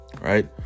Right